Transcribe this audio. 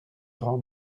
grands